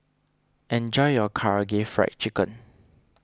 enjoy your Karaage Fried Chicken